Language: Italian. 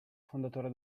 fondatore